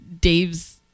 dave's